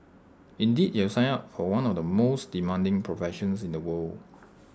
indeed you have signed up for one of the most demanding professions in the world